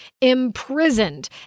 imprisoned